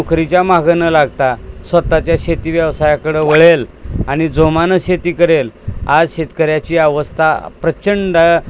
नोकरीच्या माग नं लागता स्वतःच्या शेती व्यवसायाकडं वळेल आणि जोमानं शेती करेल आज शेतकऱ्याची अवस्था प्रचंड